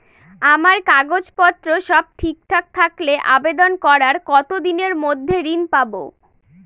আমার কাগজ পত্র সব ঠিকঠাক থাকলে আবেদন করার কতদিনের মধ্যে ঋণ পাব?